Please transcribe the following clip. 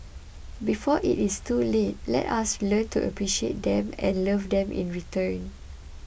before it is too late let us learn to appreciate them and love them in return